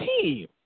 team